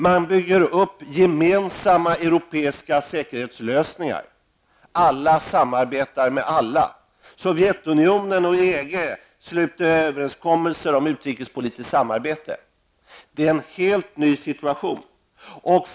Man bygger upp gemensamma europeiska säkerhetslösningar, och alla samarbetar med alla. Sovjetunionen och EG sluter överenskommelser om utrikespolitiskt samarbete. Detta är en helt ny situation.